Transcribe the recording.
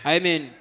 Amen